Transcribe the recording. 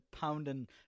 pounding